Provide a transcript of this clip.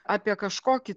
apie kažkokį